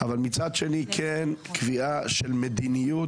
אבל מצד שני כן קביעה של מדיניות.